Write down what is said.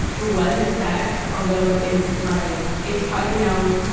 it wasn't sex, although it like, it's ha, you know,